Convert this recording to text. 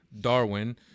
Darwin